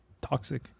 toxic